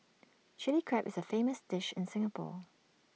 Chilli Crab is A famous dish in Singapore